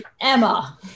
Emma